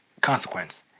consequence